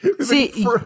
See